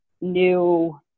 new